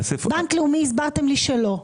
בנק לאומי, הסברתם לי שלא.